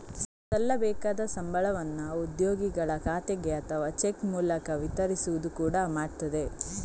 ಸಲ್ಲಬೇಕಾದ ಸಂಬಳವನ್ನ ಉದ್ಯೋಗಿಗಳ ಖಾತೆಗೆ ಅಥವಾ ಚೆಕ್ ಮೂಲಕ ವಿತರಿಸುವುದು ಕೂಡಾ ಮಾಡ್ತದೆ